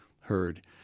heard